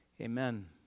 amen